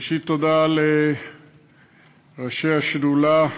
ראשית, תודה לראשי השדולה,